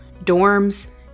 dorms